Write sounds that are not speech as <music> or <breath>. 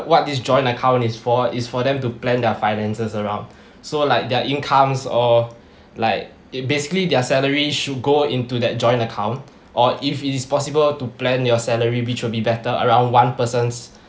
what this joint account is for is for them to plan their finances around <breath> so like their incomes or <breath> like it basically their salary should go into that joint account or if it is possible to plan your salary which will be better around one person's